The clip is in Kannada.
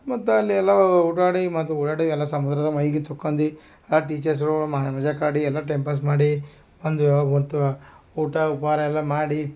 ಮತ್ತು ಅಲ್ಲಿ ಎಲ್ಲ ಓಡಾಡಿ ಮತ್ತು ಓಡಾಡಿ ಎಲ್ಲ ಸಮುದ್ರದಾಗೆ ಮೈ ತೊಕ್ಕೊಂಡು ಟೀಚರ್ಸ್ ಜೋಡಿ ಮಜಾಕ್ ಆಡಿ ಎಲ್ಲ ಟೈಮ್ ಪಾಸ್ ಮಾಡಿ ಬಂದು ಯಾವಾಗ ಉಂಣ್ತಿವೊ ಊಟ ಉಪಹಾರ ಎಲ್ಲ ಮಾಡಿ